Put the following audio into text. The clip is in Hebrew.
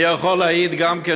אני יכול להעיד גם כן,